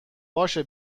باشه